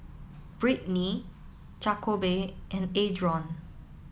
Britni Jakobe and Adron